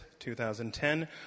2010